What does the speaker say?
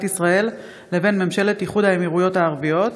ישראל לבין ממשלת איחוד האמירויות הערביות.